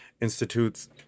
institutes